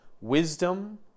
wisdom